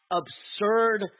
absurd